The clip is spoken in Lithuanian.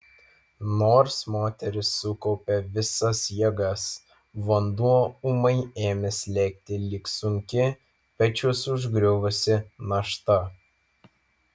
nors moteris sukaupė visas jėgas vanduo ūmai ėmė slėgti lyg sunki pečius užgriuvusi našta